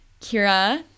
Kira